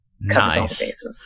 Nice